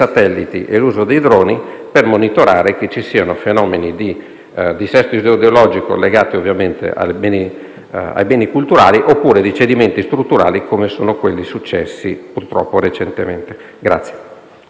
Signor Ministro, sono molto lieta di ascoltare queste sue parole. Mi auguro che questo sia il primo passo per una nuova stagione all'interno del Ministero, dedicata